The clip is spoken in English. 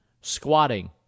squatting